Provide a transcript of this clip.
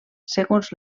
segons